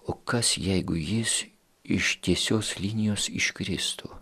o kas jeigu jis iš tiesios linijos iškristų